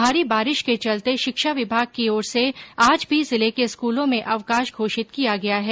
भारी बारिश के चलते शिक्षा विभाग की ओर से आज भी जिले के स्कूलों में अवकाश घोषित किया गया है